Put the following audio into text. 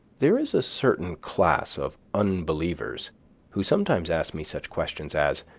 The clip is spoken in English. there is a certain class of unbelievers who sometimes ask me such questions as,